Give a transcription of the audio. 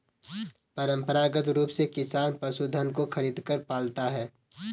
परंपरागत रूप से किसान पशुधन को खरीदकर पालता है